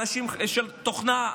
אנשים של תוכנה,